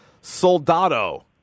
Soldado